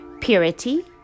purity